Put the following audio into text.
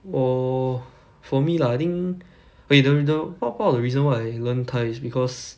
orh for me lah I think wait the the pa~ part of the reason why I learn thai is because